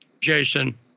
Jason